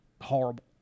horrible